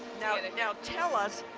now and and now tell us,